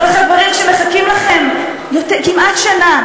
אבל חברים שמחכים לכם כמעט שנה,